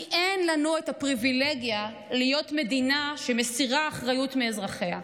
כי אין לנו הפריבילגיה להיות מדינה שמסירה אחריות מאזרחיה.